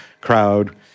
crowd